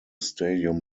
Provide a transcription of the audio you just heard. stadium